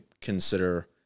consider